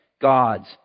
God's